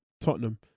tottenham